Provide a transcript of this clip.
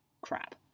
crap